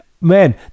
man